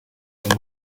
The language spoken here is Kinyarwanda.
genda